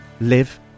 live